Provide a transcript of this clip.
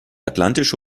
atlantische